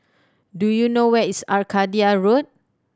do you know where is Arcadia Road